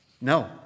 No